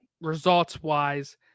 results-wise